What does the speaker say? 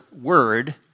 word